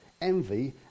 envy